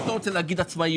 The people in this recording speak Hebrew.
אני לא רוצה לומר עצמאיות,